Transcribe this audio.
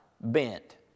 bent